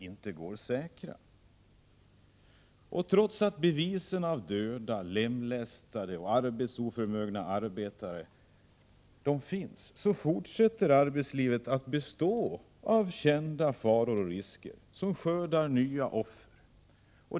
Och trots att vi har bevis för detta genom döda, lemlästade, arbetsoförmögna människor har vi fortfarande kvar kända faror och risker i arbetslivet som skördar nya offer.